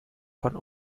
von